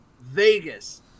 Vegas